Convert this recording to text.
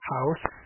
house